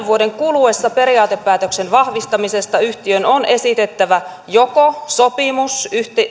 vuoden kuluessa periaatepäätöksen vahvistamisesta yhtiön on esitettävä joko sopimus